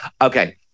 Okay